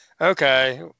okay